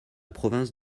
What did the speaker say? province